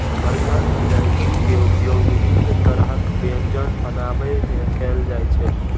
हरियर इलायची के उपयोग विभिन्न तरहक व्यंजन बनाबै मे कैल जाइ छै